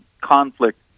conflict